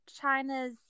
China's